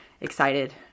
excited